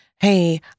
hey